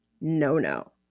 no-no